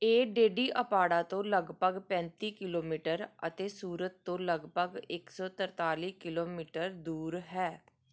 ਇਹ ਡੇਡੀਆਪਾੜਾ ਤੋਂ ਲਗਭਗ ਪੈਂਤੀ ਕਿਲੋਮੀਟਰ ਅਤੇ ਸੂਰਤ ਤੋਂ ਲਗਭਗ ਇੱਕ ਸੌ ਤਰਤਾਲੀ ਕਿਲੋਮੀਟਰ ਦੂਰ ਹੈ